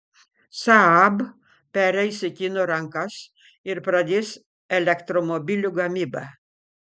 saab pereis į kinų rankas ir pradės elektromobilių gamybą